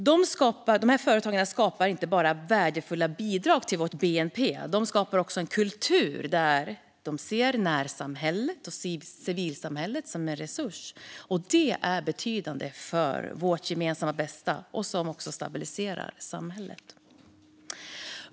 Dessa företag skapar inte bara värdefulla bidrag till vår bnp, utan de skapar också en kultur där de ser närsamhället och civilsamhället som en resurs, vilket är betydande för vårt gemensamma bästa och stabiliserar samhället.